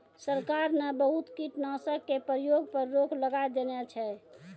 सरकार न बहुत कीटनाशक के प्रयोग पर रोक लगाय देने छै